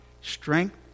strength